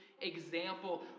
example